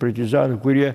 partizanų kurie